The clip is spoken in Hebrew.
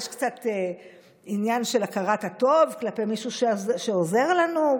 יש קצת עניין של הכרת הטוב כלפי מישהו שעוזר לנו,